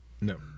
No